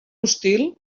hostil